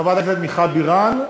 חברת הכנסת מיכל בירן,